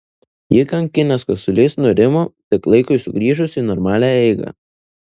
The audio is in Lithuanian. jį kankinęs kosulys nurimo tik laikui sugrįžus į normalią eigą